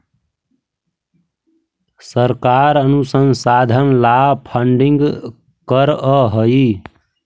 सरकार अनुसंधान ला फंडिंग करअ हई